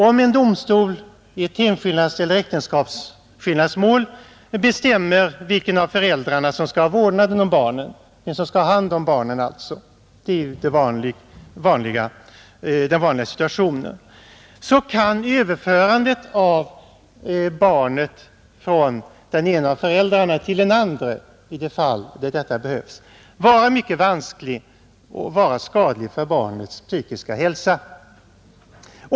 Om en domstol i ett hemskillnadseller äktenskapsskillnadsmål bestämmer vilken av föräldrarna som skall ha vårdnaden om barnet — det är ju den vanliga situationen — så kan överförandet av barnet från den ena av föräldrarna till den andra i de fall detta behövs vara mycket vanskligt och vara skadligt för barnets psykiska hälsa.